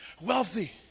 wealthy